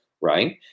right